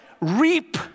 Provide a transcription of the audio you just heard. reap